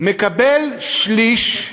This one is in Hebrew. מקבל שליש,